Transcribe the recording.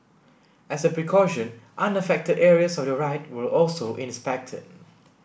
as a precaution unaffected areas of the ride were also inspected